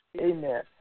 Amen